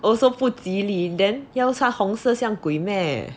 also 不吉利 then 要穿红色像鬼:yao hong se xiang gui meh